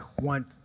Want